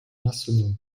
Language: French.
massonneau